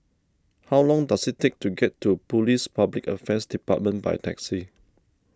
how long does it take to get to Police Public Affairs Department by taxi